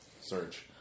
search